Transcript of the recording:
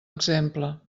exemple